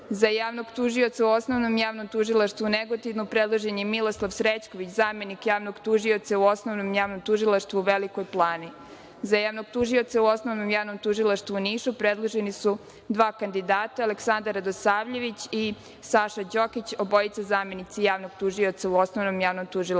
Za javnog tužioca u Osnovnom javnom tužilaštvu u Negotinu predložen Miloslav Srećković, zamenik javnog tužioca u Osnovnom javnom tužilaštvu u Velikoj plani. Za javnog tužioca u Osnovnom javnom tužilaštvu u Nišu predložena su dva kandidata Aleksandar Radosavljević i Saša Đokić, obojica zamenici javnog tužioca u Osnovnom javnom tužilaštvu